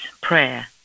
Prayer